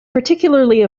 particularly